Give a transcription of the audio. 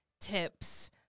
tips